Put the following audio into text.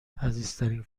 عزیزترین